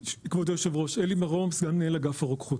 אני סגן מנהל אגף הרוקחות.